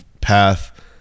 path